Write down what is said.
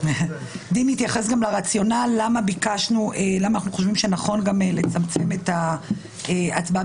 גם יתייחס גם למה אנחנו חושבים שנכון לצמצם את ההצבעה